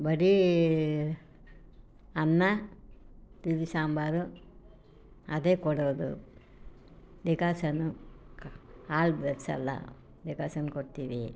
ಬರೀ ಅನ್ನ ತಿಳಿ ಸಾಂಬಾರು ಅದೇ ಕೊಡೋದು ಡಿಕಾಸನ್ನು ಕ್ ಹಾಲು ಬೆರ್ಸೋಲ್ಲ ಡಿಕಾಸನ್ ಕೊಡ್ತೀವಿ